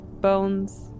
bones